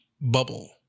bubble